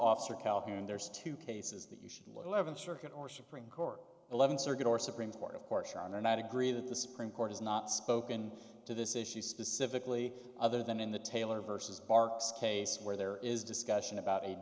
officer calhoun there's two cases that you should live in the circuit or supreme court eleventh circuit or supreme court of course you are not agree that the supreme court has not spoken to this issue specifically other than in the taylor versus barq's case where there is discussion about a